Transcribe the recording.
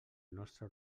nostre